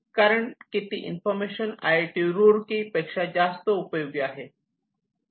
कारण ती information I I T Roorkee जास्त पेक्षा जास्त उपयोगी आहे